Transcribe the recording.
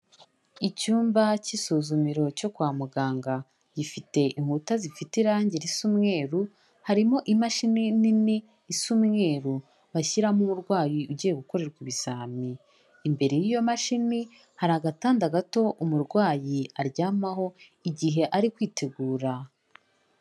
Icyumba cy'isuzumiro cyo kwa muganga gifite inkuta zifite irangi risa umweru, harimo imashini nini isa umweru bashyiramo umurwayi ugiye gukorerwa ibizami, imbere y'iyo mashini hari agatanda gato umurwayi aryamaho igihe ari kwitegura.